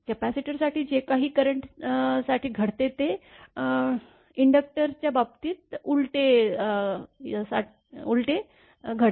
कपॅसिटरसाठी जे काही करंट साठी घडते ते इन्डक्टरच्या बाबतीत उलटे घडते